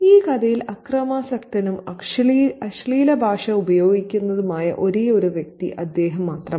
ഈ കഥയിൽ അക്രമാസക്തനും അശ്ലീല ഭാഷ ഉപയോഗിക്കുന്നതുമായ ഒരേയൊരു വ്യക്തി അദ്ദേഹം മാത്രമാണ്